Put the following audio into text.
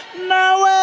now